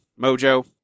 Mojo